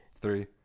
Three